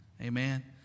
amen